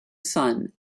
sun